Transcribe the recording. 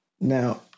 now